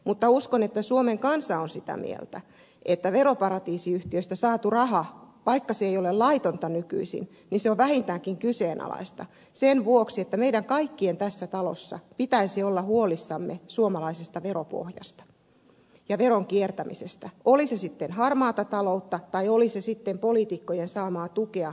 mutta uskon että suomen kansa on sitä mieltä että veroparatiisiyhtiöstä saatu raha vaikka se ei ole laitonta nykyisin on vähintäänkin kyseenalaista sen vuoksi että meidän kaikkien tässä talossa pitäisi olla huolissamme suomalaisesta veropohjasta ja veron kiertämisestä oli se sitten harmaata taloutta tai oli se sitten poliitikkojen saamaa tukea veroparatiisiyhtiöistä